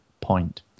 point